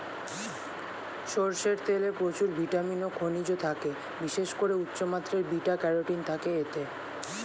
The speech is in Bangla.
সরষের তেলে প্রচুর ভিটামিন ও খনিজ থাকে, বিশেষ করে উচ্চমাত্রার বিটা ক্যারোটিন থাকে এতে